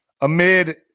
amid